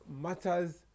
matters